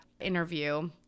interview